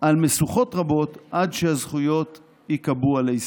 על משוכות רבות, עד שהזכויות ייקבעו עלי ספר.